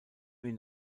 ihn